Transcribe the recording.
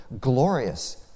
glorious